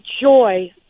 joy